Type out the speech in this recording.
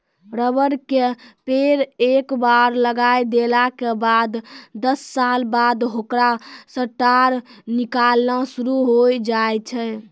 rubber के पेड़ एक बार लगाय देला के बाद दस साल बाद होकरा सॅ टार निकालना शुरू होय जाय छै